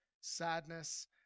sadness